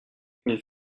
une